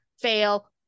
fail